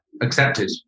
accepted